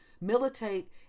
Militate